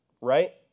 right